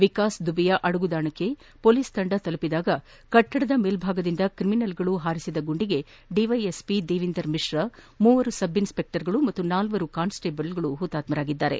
ವಿಕಾಸ್ ದುಬೆಯ ಅಡಗುತಾಣಕ್ಕೆ ಪೊಲೀಸ್ ತಂಡ ತಲುಪಿದಾಗ ಕಟ್ಟಡದ ಮೇಲ್ಲಾಗದಿಂದ ಕ್ರಿಮಿನಲ್ಗಳು ಹಾರಿಸಿದ ಗುಂಡಿಗೆ ಡಿವ್ಲೆಎಸ್ಪಿ ದೇವಿಂದರ್ ಮಿಶ್ರಾ ಮೂವರು ಸಬ್ ಇನ್ಸ್ಪೆಕ್ಸರ್ಗಳು ಮತ್ತು ನಾಲ್ವರು ಕಾನ್ಸ್ ಟೆಬಲ್ ಹುತಾತ್ಸರಾಗಿದ್ದಾರೆ